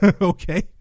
okay